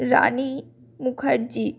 Rani Mukherjee